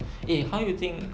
eh how you think